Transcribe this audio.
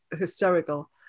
hysterical